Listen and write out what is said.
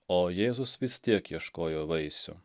o jėzus vis tiek ieškojo vaisių